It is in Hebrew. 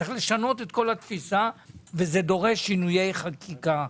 צריך לשנות את כל התפיסה, וזה דורש שינויי חקיקה.